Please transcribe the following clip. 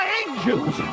angels